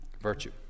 virtue